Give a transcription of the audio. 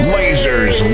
Lasers